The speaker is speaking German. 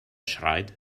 schreit